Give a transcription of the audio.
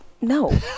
no